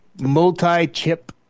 multi-chip